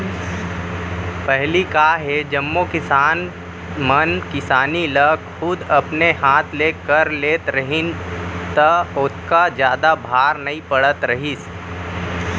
पहिली का हे जम्मो किसान मन किसानी ल खुद अपने हाथ ले कर लेत रहिन त ओतका जादा भार नइ पड़त रहिस